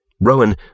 Rowan